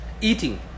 Eating